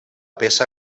peça